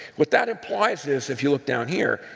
what that implies is if you look down here,